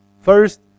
first